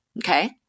okay